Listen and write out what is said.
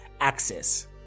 Access